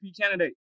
candidate